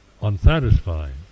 unsatisfying